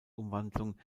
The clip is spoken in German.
umwandlung